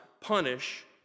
punish